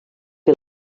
que